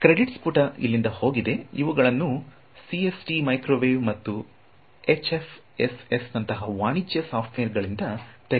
credits ಪುಟ ಇಲ್ಲಿಂದ ಹೋಗಿದೆ ಇವುಗಳನ್ನು ಸಿಎಸ್ಟಿ ಮೈಕ್ರೊವೇವ್ ಮತ್ತು ಎಚ್ಎಫ್ಎಸ್ಎಸ್ ನಂತಹ ವಾಣಿಜ್ಯ ಸಾಫ್ಟ್ವೇರ್ನಿಂದ ತೆಗೆದುಕೊಳ್ಳಲಾಗಿದೆ